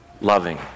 loving